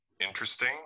interesting